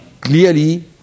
clearly